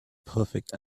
perfect